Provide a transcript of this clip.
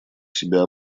себя